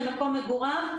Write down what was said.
למקום מגוריו,